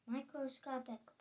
Microscopic